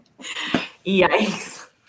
Yikes